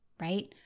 right